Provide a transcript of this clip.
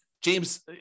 James